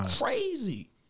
crazy